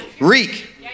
reek